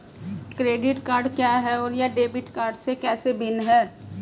Credit card क्या है और यह डेबिट कार्ड से कैसे भिन्न है?